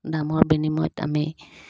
দামৰ বিনিময়ত আমি